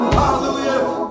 Hallelujah